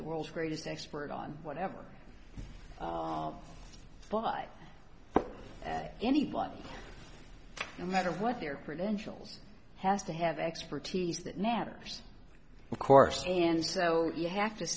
the world's greatest expert on whatever by anybody no matter what your credentials has to have expertise that matters of course and so you have to